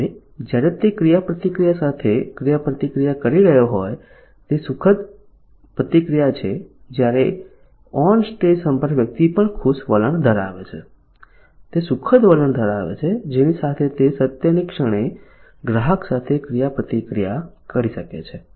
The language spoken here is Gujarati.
હવે જ્યારે તે ક્રિયાપ્રતિક્રિયા સાથે ક્રિયાપ્રતિક્રિયા કરી રહ્યો છે તે એક સુખદ ક્રિયાપ્રતિક્રિયા છે ત્યારે ઓન સ્ટેજ સંપર્ક વ્યક્તિ પણ ખુશ વલણ ધરાવે છે તે સુખદ વલણ ધરાવે છે જેની સાથે તે સત્યની ક્ષણે ગ્રાહક સાથે ક્રિયાપ્રતિક્રિયા કરી શકે છે